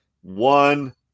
one